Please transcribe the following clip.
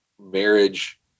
marriage